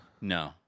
No